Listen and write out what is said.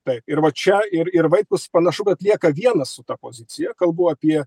taip ir va čia ir ir vaitkus panašu kad lieka vienas su ta pozicija kalbu apie